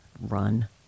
Run